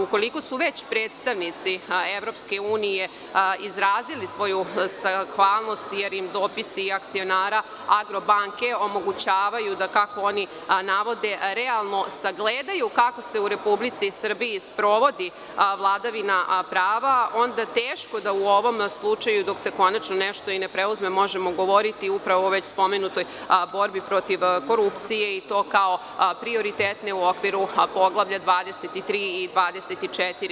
Ukoliko su već predstavnici EU izrazili svoju zahvalnost, jer im dopisi akcionara „Agrobanke“ omogućavaju da, kako oni navode, realno sagledaju kako se u Republici Srbiji sprovodi vladavina prava, onda teško da u ovom slučaju, dok se konačno nešto i ne preuzme, možemo govoriti o već spomenutoj borbi protiv korupcije i to kao prioritetne u okviru poglavlja 23. i 24.